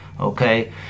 Okay